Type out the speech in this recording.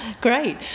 great